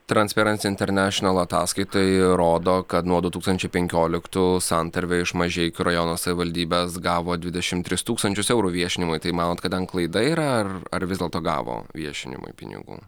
transpieransi internešenal ataskaita įrodo kad nuo du tūkstančiai penkioliktų santarvė iš mažeikių rajono savivaldybės gavo dvidešimt tris tūkstančius eurų viešinimui tai manot kad ten klaida yra ar ar vis dėlto gavo viešinimui pinigų